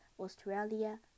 Australia